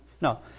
No